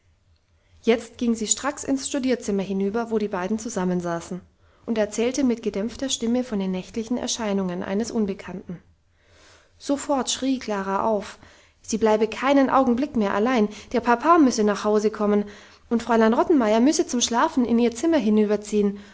jetzt ging sie stracks ins studierzimmer hinüber wo die beiden zusammensaßen und erzählte mit gedämpfter stimme von den nächtlichen erscheinungen eines unbekannten sofort schrie klara auf sie bleibe keinen augenblick mehr allein der papa müsse nach hause kommen und fräulein rottenmeier müsse zum schlafen in ihr zimmer